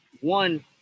one